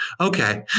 Okay